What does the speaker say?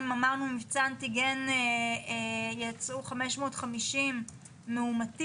אם אמרנו שבמבצע אנטיגן יצאו 550 מאומתים,